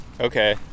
Okay